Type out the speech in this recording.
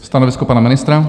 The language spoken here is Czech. Stanovisko pana ministra?